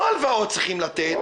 לא הלוואות צריכים לתת,